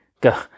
go